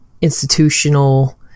institutional